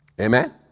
Amen